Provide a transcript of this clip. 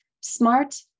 Smart